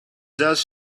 does